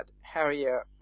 Harrier